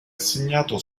assegnato